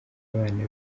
abana